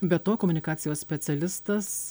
be to komunikacijos specialistas